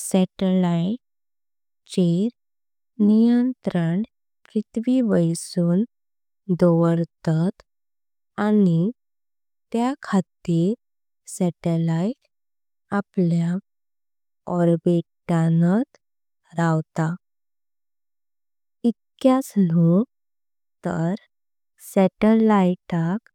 सॅटॅलाइट चे नियंत्रण पृथ्वी वरसून दवरतात। आणि त्या खातीर सॅटॅलाइट आपल्या ऑर्बिट। नात रवतात इतलेंच न्हू पण सॅटॅलाइट तांक।